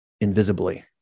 invisibly